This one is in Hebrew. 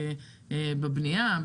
בבנייה,